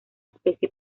especie